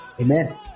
Amen